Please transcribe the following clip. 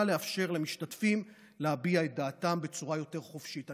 לאפשר למשתתפים להביע את דעתם בצורה יותר חופשית.